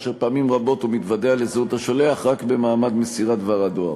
ופעמים רבות הוא מתוודע לזהות השולח רק במעמד מסירת דבר הדואר.